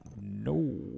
No